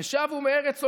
ושבו מארץ אויב".